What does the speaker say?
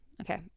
okay